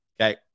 Okay